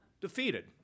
Defeated